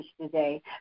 today